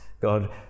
god